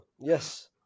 Yes